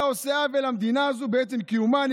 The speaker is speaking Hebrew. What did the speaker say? אתה עושה עוול למדינה הזאת בעצם קיומך.